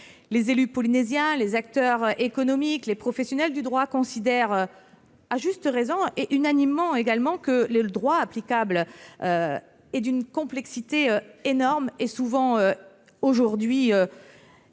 Les élus polynésiens, les acteurs économiques et les professionnels du droit considèrent à juste raison et unanimement que le droit applicable est aujourd'hui d'une complexité énorme et souvent